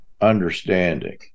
understanding